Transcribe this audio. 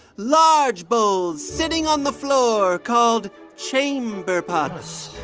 large bowls sitting on the floor called chamber pots.